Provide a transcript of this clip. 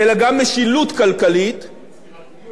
אלא גם משילות כלכלית, ויצירתיות.